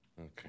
Okay